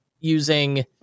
using